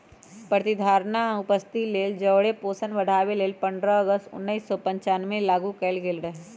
प्रतिधारणा आ उपस्थिति लेल जौरे पोषण बढ़ाबे लेल पंडह अगस्त उनइस सौ पञ्चानबेमें लागू कएल गेल रहै